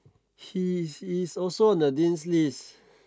he he's also in the Dean's list